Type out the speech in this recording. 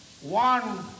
one